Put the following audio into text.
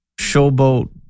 showboat